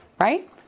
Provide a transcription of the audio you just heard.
right